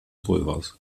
pulvers